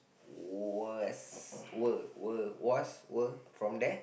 was were were was were from there